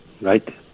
Right